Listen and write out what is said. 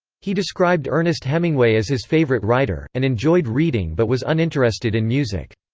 he described ernest hemingway as his favorite writer, and enjoyed reading but was uninterested in music.